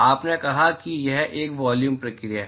आपने कहा कि यह एक वॉल्यूम प्रक्रिया है